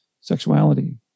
sexuality